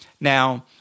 Now